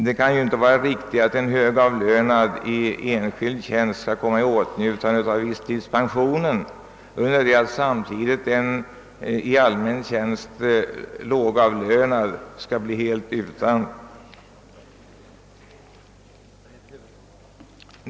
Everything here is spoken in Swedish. Det kan inte vara riktigt att en högavlönad i enskild tjänst skall komma i åtnjutande av visstidspensionen, medan samtidigt en i allmän tjänst lågavlönad blir helt utan.